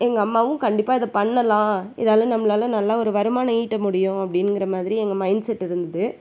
எங்கள் அம்மாவும் கண்டிப்பாக இதை பண்ணலாம் இதால் நம்பளால் நல்லா ஒரு வருமானம் ஈட்ட முடியும் அப்படின்ங்குற மாதிரி எங்கள் மைண்ட் செட் இருந்துது